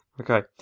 Okay